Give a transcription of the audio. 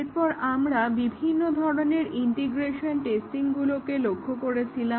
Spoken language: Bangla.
এরপর আমরা বিভিন্ন ধরনের ইন্টিগ্রেশন টেস্টিংগুলোকে লক্ষ্য করেছিলাম